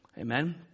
Amen